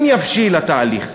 אם יבשיל התהליך,